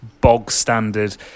bog-standard